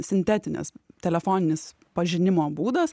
sintetines telefoninis pažinimo būdas